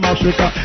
Africa